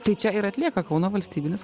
tai čia ir atlieka kauno valstybinis